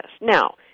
Now